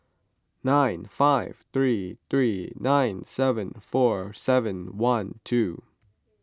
nine five three three nine seven four seven one two